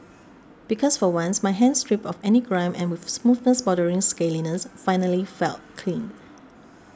because for once my hands stripped of any grime and with a smoothness bordering scaliness finally felt clean